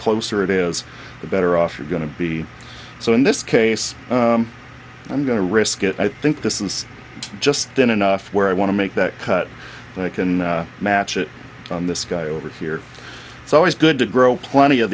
closer it is the better off you're going to be so in this case i'm going to risk it i think this is just enough where i want to make that cut and i can match it on this guy over here it's always good to grow plenty of